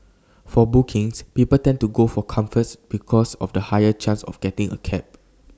for bookings people tend to go for comforts because of the higher chance of getting A cab